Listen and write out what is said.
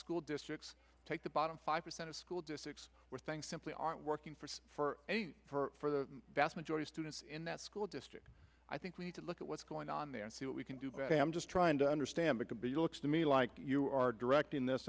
school districts take the bottom five percent of school districts where thank simply aren't working for for for the vast majority students in that school district i think we need to look at what's going on there and see what we can do but i am just trying to understand that to be looks to me like you are directing this